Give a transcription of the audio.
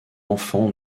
enfant